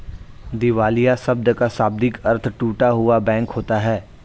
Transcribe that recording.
दिवालिया शब्द का शाब्दिक अर्थ टूटा हुआ बैंक होता है